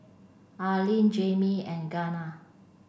Arline Jayme and Gianna